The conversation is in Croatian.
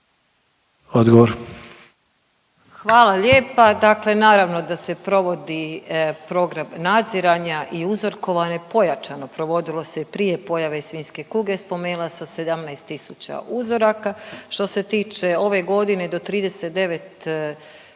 (HDZ)** Hvala lijepa. Dakle naravno da se provodi program nadziranja i uzorkovanje pojačano, provodilo se i prije pojave svinjske kuge. Spomenula sam 17 tisuća uzoraka. Što se tiče ove godine do 30.09.